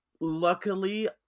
Luckily